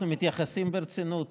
אנחנו מתייחסים ברצינות